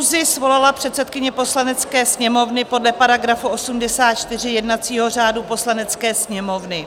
Schůzi svolala předsedkyně Poslanecké sněmovny podle § 84 jednacího řádu Poslanecké sněmovny.